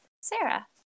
Sarah